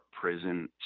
prison